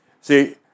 See